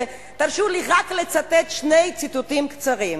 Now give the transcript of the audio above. ותרשו לי רק לצטט שני ציטוטים קצרים.